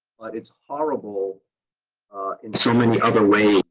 it's horrible in so many other ways.